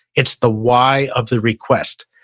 it's the why of the request.